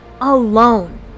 alone